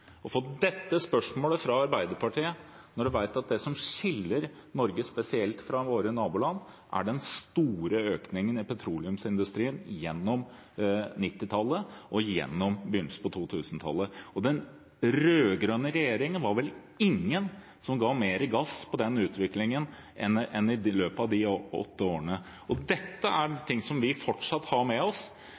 å få dette spørsmålet fra Arbeiderpartiet når man vet at det som spesielt skiller Norge fra våre naboland, er den store økningen i petroleumsindustrien gjennom 1990-tallet og på begynnelsen av 2000-tallet. Det var vel ingen som ga mer gass i den utviklingen enn den rød-grønne regjeringen i løpet av de åtte årene. Dette er ting vi fortsatt har med oss.